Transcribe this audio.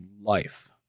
life